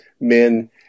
men